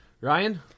Ryan